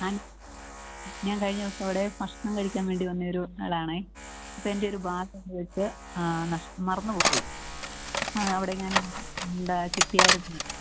ഞാൻ ഞാൻ കഴിഞ്ഞ ദിവസം അവിടെ ഭക്ഷണം കഴിക്കാൻ വേണ്ടി വന്ന ഒരു ആളാണ് അപ്പോൾ എൻ്റെയൊരു ബാഗ് അവിടെ വെച്ച് ആ നഷ് മറന്നുപോയി ആ അവിടെയെങ്ങാനും കിട്ടിയായിരുന്നോ